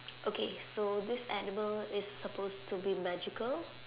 okay so this animal is supposed to be magical